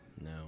No